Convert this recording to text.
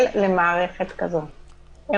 כבר למערכת כזאת.